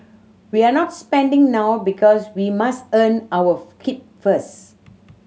we're not spending now because we must earn our keep first